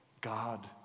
God